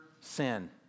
sin